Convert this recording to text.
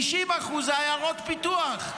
זה 90% עיירות פיתוח.